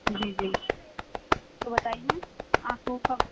جی جی تو بتائیے آپ کو کب